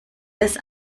das